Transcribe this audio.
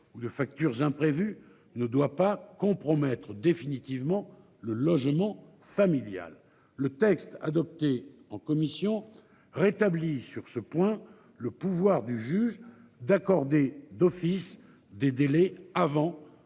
ou de facture imprévue ne doit pas compromettre définitivement le logement familial, le texte adopté en commission rétabli sur ce point le pouvoir du juge d'accorder d'office des délais avant